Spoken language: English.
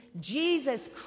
Jesus